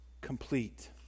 complete